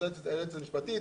אמרו: זאת היועצת המשפטית,